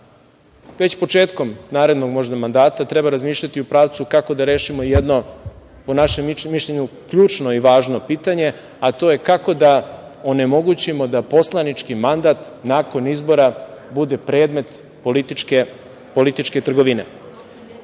već početkom narednog, možda mandata treba razmišljati u pravcu kako da rešimo jedno, po našem ličnom mišljenju, ključno i važno pitanje, a to je kako da onemogućimo da poslanički mandat nakon izbora bude predmet političke trgovine. Osim